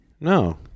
no